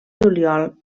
juliol